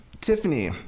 Tiffany